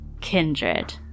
kindred